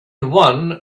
one